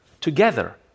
together